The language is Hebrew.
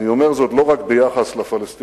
אני אומר זאת לא רק ביחס לפלסטינים,